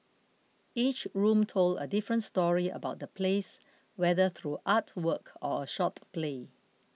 each room told a different story about the place whether through artwork or a short play